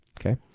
Okay